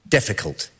Difficult